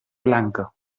blanca